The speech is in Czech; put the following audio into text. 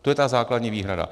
To je ta základní výhrada.